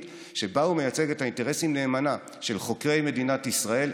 שבה הוא מייצג נאמנה את האינטרסים של חוקרי מדינת ישראל.